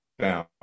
down